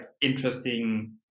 interesting